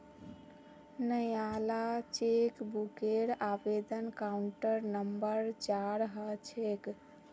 नयाला चेकबूकेर आवेदन counter number चार ह छेक